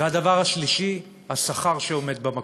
והדבר השלישי, השכר שעומד במקום.